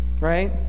right